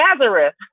Nazareth